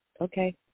Okay